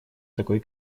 такой